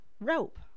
rope